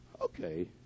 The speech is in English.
okay